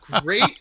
great